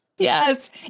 Yes